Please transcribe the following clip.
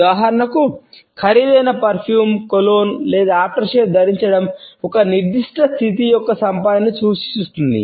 ఉదాహరణకు ఖరీదైన పెర్ఫ్యూమ్ ధరించడం ఒక నిర్దిష్ట స్థితి మరియు సంపదను సూచిస్తుంది